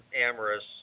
Amorous